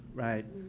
right?